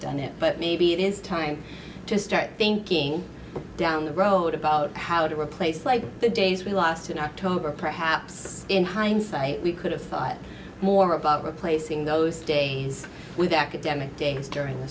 done it but maybe it is time to start thinking down the road about how to replace like the days we lost in october perhaps in hindsight we could have thought more about replacing those days with academic days during the